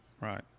Right